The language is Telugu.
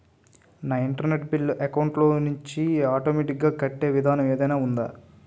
నా ఇంటర్నెట్ బిల్లు అకౌంట్ లోంచి ఆటోమేటిక్ గా కట్టే విధానం ఏదైనా ఉందా?